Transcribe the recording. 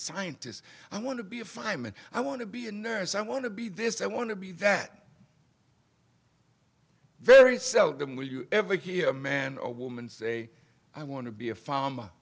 scientist i want to be a fireman i want to be a nurse i want to be this i want to be that very seldom will you ever hear a man or woman say i want to be a farmer